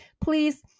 please